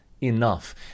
enough